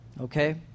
Okay